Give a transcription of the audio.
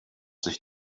sich